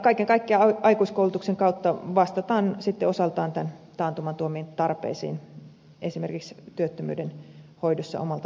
kaiken kaikkiaan aikuiskoulutuksen kautta vastataan sitten osaltaan taantuman tuomiin tarpeisiin esimerkiksi työttömyyden hoidossa omalta osaltaan